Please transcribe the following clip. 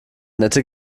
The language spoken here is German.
nette